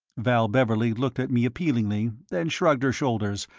val beverley looked at me appealingly then shrugged her shoulders,